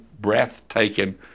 breathtaking